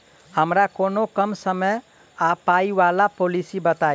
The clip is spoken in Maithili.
हमरा कोनो कम समय आ पाई वला पोलिसी बताई?